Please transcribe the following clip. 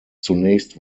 zunächst